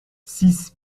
six